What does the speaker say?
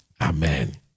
Amen